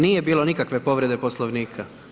Nije bilo nikakve povrede Poslovnika.